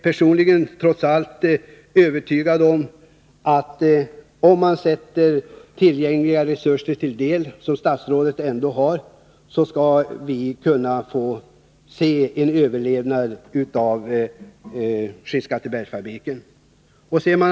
Personligen är jag övertygad om att, om statsrådet sätter in de resurser som han har tillgängliga, skall Skinnskattebergsfabriken kunna överleva.